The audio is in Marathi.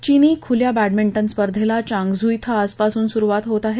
चीनी खुल्या बॅडमिंटन स्पर्धेला चांगझू इथं आजपासून सुरुवात होत आहे